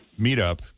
meetup